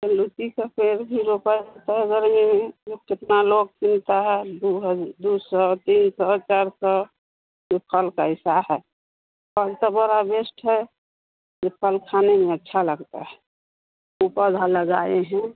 लूची का पेड़ भी रोपा जाता है गर्मी में वह कितना लोग कितना है दो दो सौ तीन सौ चार सौ ए फल कैसा है फल तो बड़ा बेस्ट है यह फल खाने में अच्छा लगता है ऊ पौधा लगाए हैं